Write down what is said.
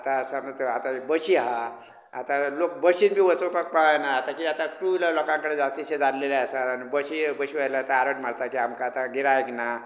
आतां आसा आतां बशीं आहा आतां लोक बशीन बी वचुपाक पळयना आतां कितें जाता टू व्हिलर लोकां कडेन जावचें शें जाल्लें आसा आनी बशीं बशींवाले आतां आरड मारता की आमकां आतां गिरायक ना